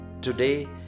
today